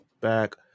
Back